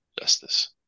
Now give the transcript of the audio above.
justice